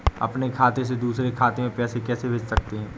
अपने खाते से दूसरे खाते में पैसे कैसे भेज सकते हैं?